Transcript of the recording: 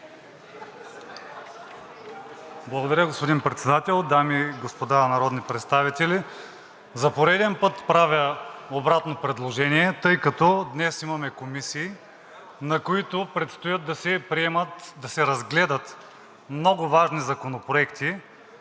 Благодаря, господин Председател. Дами и господа народни представители, за пореден път правя обратно предложение, тъй като днес имаме комисии, на които предстоят да се разгледат много важни законопроекти,